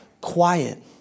quiet